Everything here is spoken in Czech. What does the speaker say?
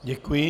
Děkuji.